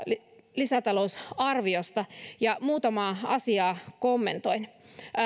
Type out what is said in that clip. lisätalousarviosta ja muutamaa asiaa kommentoin